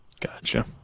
Gotcha